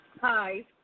Hi